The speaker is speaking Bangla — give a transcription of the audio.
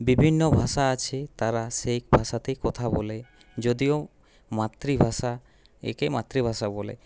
বিভিন্ন ভাষা আছে তারা সেই ভাষাতেই কথা বলে যদিও মাতৃভাষা একে মাতৃভাষা বলে